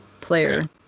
player